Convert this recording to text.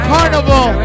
Carnival